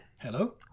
Hello